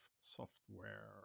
software